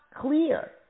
clear